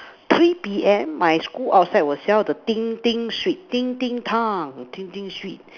three P M my school outside will sell the 叮叮 sweet 叮叮糖叮叮 sweet